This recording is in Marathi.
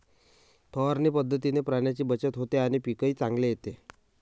फवारणी पद्धतीने पाण्याची बचत होते आणि पीकही चांगले येते